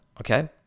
Okay